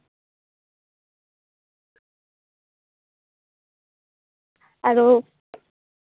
ᱟᱫᱚ